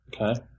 Okay